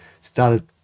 started